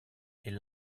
est